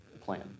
plan